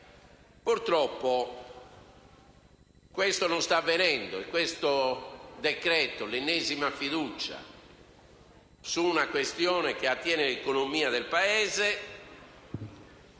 Purtroppo, questo non sta avvenendo. Questo decreto-legge, con l'ennesima fiducia su una questione che attiene all'economia del Paese,